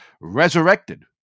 resurrected